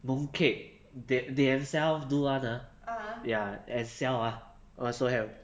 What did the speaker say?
mooncake they themselves do [one] ah and sell ah also have